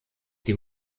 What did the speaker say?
die